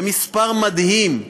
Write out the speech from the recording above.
זה מספר מדהים.